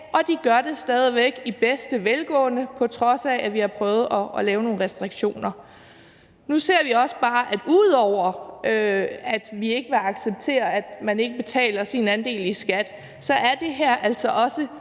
og det gør de stadig væk i bedste velgående, på trods af at vi har prøvet at lave nogle restriktioner. Nu ser vi også bare – at ud over at vi ikke vil acceptere, at man ikke betaler sin del af skatten – at det her altså også